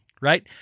right